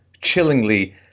chillingly